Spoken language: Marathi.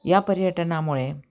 या पर्यटनामुळे